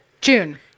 June